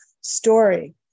story